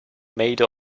made